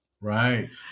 right